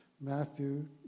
Matthew